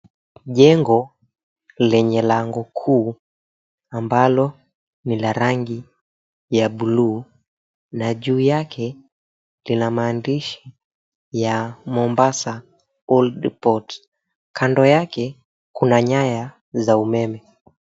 Jengo lenye lango kuu, ambalo ni la rangi ya bluu, na juu yake lina maandishi ya Mombasa Old Port. Kando yake kuna nyaya za umeme.